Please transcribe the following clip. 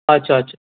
اچھا اچھا